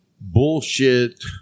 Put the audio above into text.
bullshit